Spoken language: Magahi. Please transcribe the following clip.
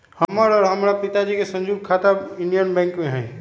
हमर और हमरा पिताजी के संयुक्त खाता इंडियन बैंक में हई